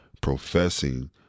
professing